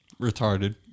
Retarded